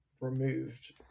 removed